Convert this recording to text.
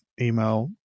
email